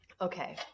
Okay